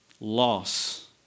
Loss